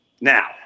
Now